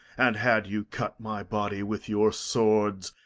and, had you cut my body with your swords,